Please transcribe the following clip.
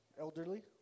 Elderly